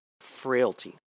frailty